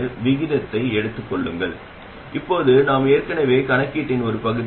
இந்த விஷயத்தில் குறைக்கப்படுவது டிரான்ஸ் கண்டக்டன்ஸ் ஆகும்